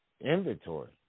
inventory